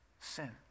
sin